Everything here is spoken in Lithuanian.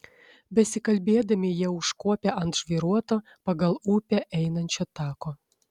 besikalbėdami jie užkopė ant žvyruoto pagal upę einančio tako